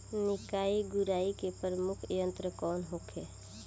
निकाई गुराई के प्रमुख यंत्र कौन होखे?